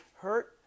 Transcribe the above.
hurt